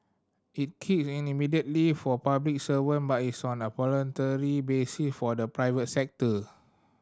it kick in immediately for public servant but is on a voluntary basis for the private sector